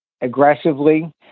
aggressively